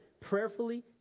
prayerfully